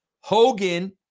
Hogan